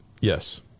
Yes